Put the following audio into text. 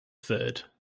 third